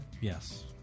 Yes